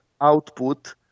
output